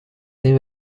این